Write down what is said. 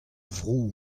vro